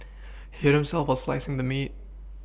he hurt himself while slicing the meat